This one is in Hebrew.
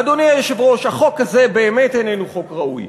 אדוני היושב-ראש, החוק הזה באמת איננו חוק ראוי.